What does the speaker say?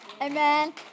Amen